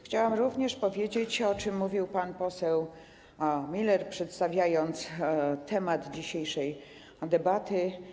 Chciałam również nawiązać do tego, o czym mówił pan poseł Miller, przedstawiając temat dzisiejszej debaty.